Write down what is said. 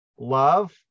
Love